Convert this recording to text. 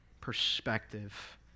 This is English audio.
perspective